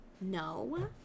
no